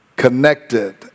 connected